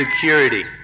security